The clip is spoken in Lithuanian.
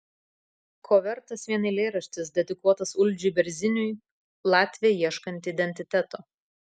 ko vertas vien eilėraštis dedikuotas uldžiui berziniui latvė ieškanti identiteto